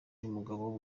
n’umugabo